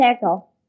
circle